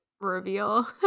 reveal